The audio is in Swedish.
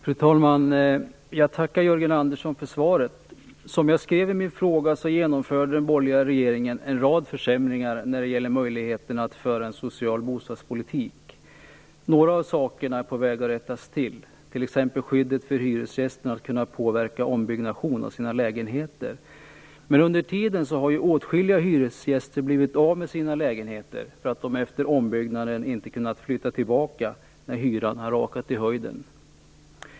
Fru talman! Jag tackar Jörgen Andersson för svaret. Som jag skrev i min fråga genomförde den borgerliga regeringen en rad försämringar när det gäller möjligheten att föra en social bostadspolitik. Några av försämringarna är på väg att rättas till, t.ex. hyresgästers möjligheter att påverka ombyggnation av sina lägenheter. Men under tiden har åtskilliga hyresgäster blivit av med sina lägenheter, därför att de efter ombyggnad inte har kunnat flytta tillbaka då hyran har rakat i höjden.